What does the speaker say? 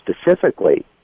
specifically